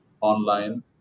online